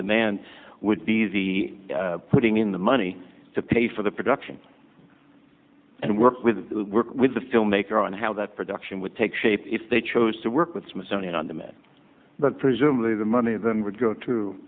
demand would be the putting in the money to pay for the production and work with the filmmaker on how that production would take shape if they chose to work with the smithsonian on the met but presumably the money then would go to